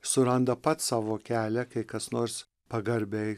suranda pats savo kelią kai kas nors pagarbiai